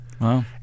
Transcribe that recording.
Wow